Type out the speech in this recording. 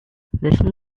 listen